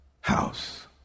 house